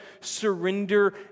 surrender